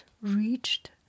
reached